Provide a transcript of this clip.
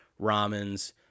ramens